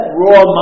raw